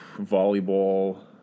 volleyball